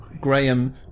Graham